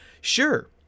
sure